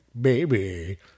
baby